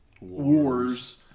wars